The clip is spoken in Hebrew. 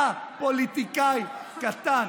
אתה פוליטיקאי קטן,